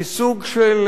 כסוג של